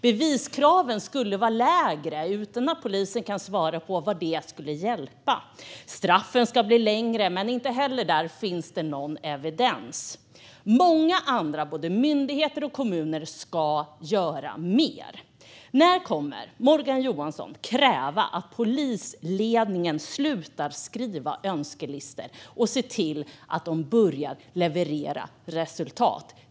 Beviskraven ska vara lägre, utan att polisen kan svara på hur det skulle hjälpa. Straffen ska bli längre, men inte heller där finns någon evidens. Många andra, både myndigheter och kommuner, ska göra mer. När kommer Morgan Johansson att kräva att polisledningen slutar skriva önskelistor och ser till att man börjar leverera resultat?